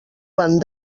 van